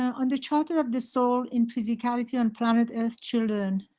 on the charter of the soul in physicality on planet earth children.